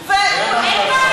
הפנים.